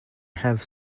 have